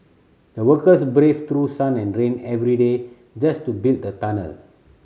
the workers braved through sun and rain every day just to build the tunnel